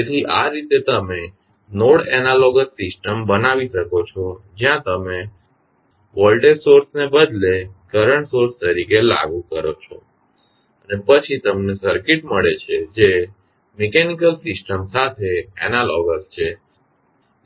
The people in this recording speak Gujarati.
તેથી આ રીતે તમે નોડ એનાલોગસ સિસ્ટમ બનાવી શકો છો જ્યાં તમે વોલ્ટેજ સોર્સ ને બદલે કરંટ સોર્સ તરીકે લાગુ કરો છો અને પછી તમને સર્કિટ મળે છે જે મિકેનીકલ સિસ્ટમ સાથે એનાલોગસ છે